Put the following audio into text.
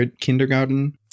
kindergarten